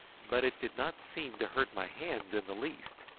but it did not seem to hurt my hands in the least,